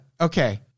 Okay